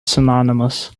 synonymous